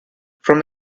from